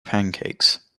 pancakes